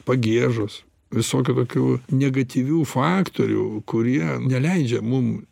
pagiežos visokių tokių negatyvių faktorių kurie neleidžia mum